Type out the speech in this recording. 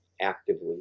actively